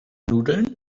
nudeln